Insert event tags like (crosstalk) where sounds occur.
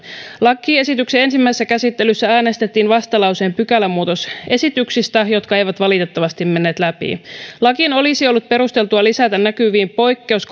lakiesityksen ensimmäisessä käsittelyssä äänestettiin vastalauseen pykälämuutosesityksistä jotka eivät valitettavasti menneet läpi lakiin olisi ollut perusteltua lisätä näkyviin poikkeus (unintelligible)